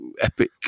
epic